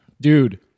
Dude